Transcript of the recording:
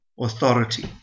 authority